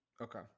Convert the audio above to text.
Okay